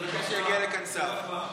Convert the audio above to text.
אני מבקש שיגיע לכאן שר.